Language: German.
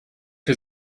für